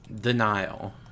Denial